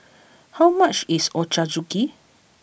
how much is Ochazuke